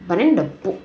but then the book